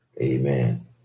amen